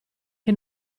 che